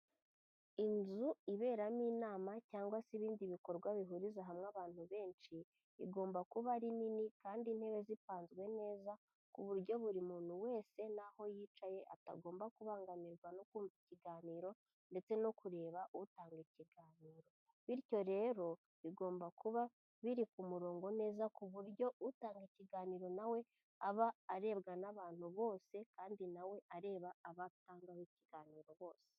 Inzu iberamo inama cyangwa se ibindi bikorwa bihuriza hamwe abantu benshi, igomba kuba ari nini kandi intebe zipanzwe neza ku buryo buri muntu wese naho yicaye atagomba kubangamirwa no ku ikiganiro ndetse no kureba utanga ikiganiro, bityo rero bigomba kuba biri ku murongo neza ku buryo utanga ikiganiro na we aba arebwa n'abantu bose kandi na we areba abo atangaho ikiganiro bose.